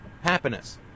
happiness